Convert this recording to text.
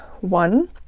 one